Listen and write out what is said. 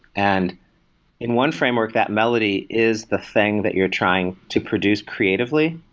and in one framework, that melody is the thing that you're trying to produce creatively.